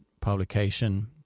publication